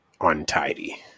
untidy